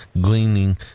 gleaning